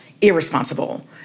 irresponsible